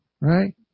Right